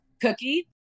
cookie